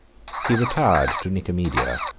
he retired to nicomedia,